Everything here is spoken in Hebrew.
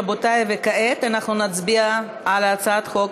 רבותי, כעת אנחנו נצביע על הצעת חוק